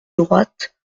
droite